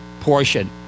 portion